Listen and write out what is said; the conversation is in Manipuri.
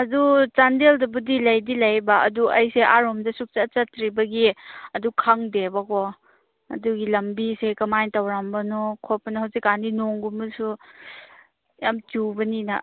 ꯑꯗꯨ ꯆꯥꯟꯗꯦꯜꯗꯕꯨꯗꯤ ꯂꯩꯗꯤ ꯂꯩꯕ ꯑꯗꯨ ꯑꯩꯁꯦ ꯑꯥ ꯔꯣꯝꯗꯁꯨ ꯁꯨꯡꯆꯠ ꯆꯠꯇ꯭ꯔꯤꯕꯒꯤ ꯑꯗꯨ ꯈꯪꯗꯦꯕꯀꯣ ꯑꯗꯨꯒꯤ ꯂꯝꯕꯤꯁꯦ ꯀꯃꯥꯏ ꯇꯧꯔꯝꯕꯅꯣ ꯈꯣꯠꯄꯅꯣ ꯍꯧꯖꯤꯛ ꯀꯥꯟꯗꯤ ꯅꯣꯡꯒꯨꯝꯕꯁꯨ ꯌꯥꯝ ꯆꯨꯕꯅꯤꯅ